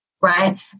right